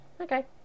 Okay